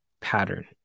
pattern